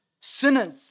sinners